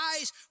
eyes